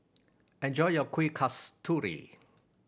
enjoy your Kuih Kasturi